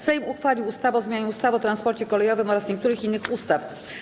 Sejm uchwalił ustawę o zmianie ustawy o transporcie kolejowym oraz niektórych innych ustaw.